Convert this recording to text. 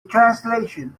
translation